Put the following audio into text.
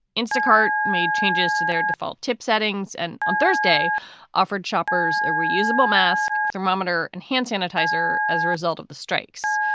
instacart made changes to their default tip settings and on thursday offered shoppers a reusable mask, thermometer and hand sanitizer as a result of the strikes.